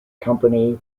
company